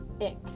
ick